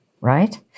right